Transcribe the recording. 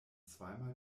zweimal